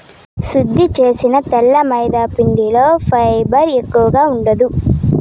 శుద్ది చేసిన తెల్ల మైదాపిండిలో ఫైబర్ ఎక్కువగా ఉండదు